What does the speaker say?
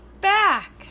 back